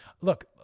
Look